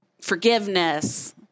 forgiveness